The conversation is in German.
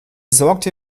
sorgte